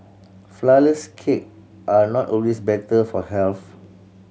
flourless cake are not always better for health